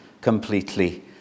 completely